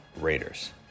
Raiders